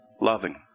loving